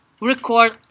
record